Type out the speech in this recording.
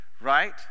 right